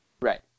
Right